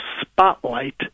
spotlight